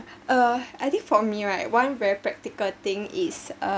uh I think for me right one very practical thing is uh